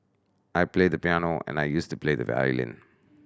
I play the piano and I used to play the violin